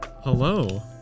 hello